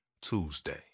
Tuesday